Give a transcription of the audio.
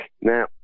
Now